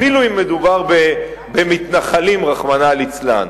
אפילו אם מדובר במתנחלים, רחמנא ליצלן.